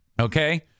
Okay